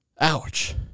Ouch